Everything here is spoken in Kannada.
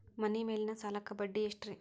ಮನಿ ಮೇಲಿನ ಸಾಲಕ್ಕ ಬಡ್ಡಿ ಎಷ್ಟ್ರಿ?